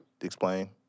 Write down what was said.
explain